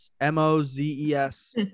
M-O-Z-E-S